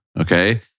okay